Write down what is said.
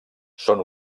són